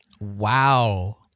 Wow